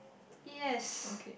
yes